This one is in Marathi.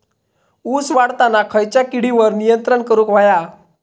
ऊस वाढताना खयच्या किडींवर नियंत्रण करुक व्हया?